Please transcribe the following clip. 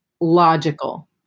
logical